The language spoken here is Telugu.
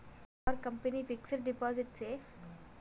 Are company fixed deposit safe?